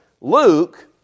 Luke